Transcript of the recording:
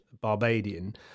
Barbadian